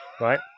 Right